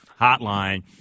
Hotline